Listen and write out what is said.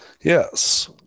Yes